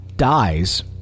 dies